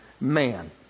man